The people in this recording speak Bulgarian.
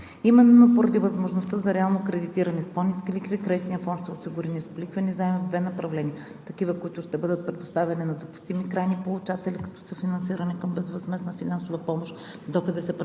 Именно поради възможността за реално кредитиране с по-ниски лихви, кредитният план ще осигури нисколихвени заеми в две направления: такива, които ще бъдат предоставени на допустими крайни получатели, като съфинансиране към безвъзмездна финансова помощ – до 50%